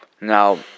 Now